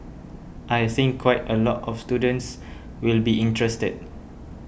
I think quite a lot of students will be interested